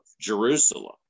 Jerusalem